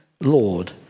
Lord